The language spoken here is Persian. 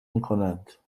میکنند